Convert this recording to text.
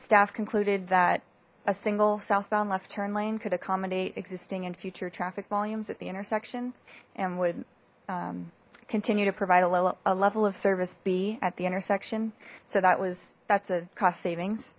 staff concluded that a single southbound left turn lane could accommodate existing and future traffic volumes at the intersection and would continue to provide a level of service be at the intersection so that was that's a cost savings